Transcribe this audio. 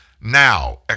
now